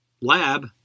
lab